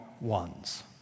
ones